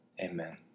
amen